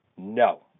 No